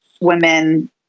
women